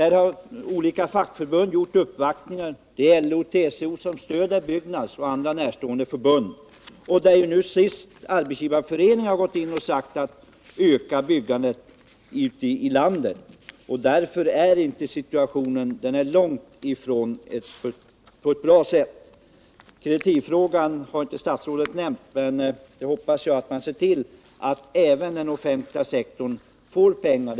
Olika fackförbund har gjort uppvaktningar, och LO och TCO stöder Byggnads och andra närstående förbund. Arbetsgivareföreningen har också sagt att vi måste öka byggandet ute i landet. Därmed är situationen långt ifrån bra. Kreditivfrågan har statsrådet inte nämnt, men jag hoppas att man ser till att även den offentliga sektorn får pengar.